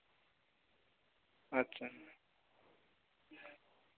ᱟᱪᱪᱷᱟ